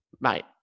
mate